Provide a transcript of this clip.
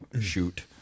shoot